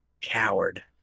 coward